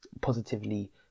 positively